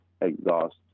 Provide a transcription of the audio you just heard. exhaust